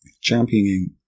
championing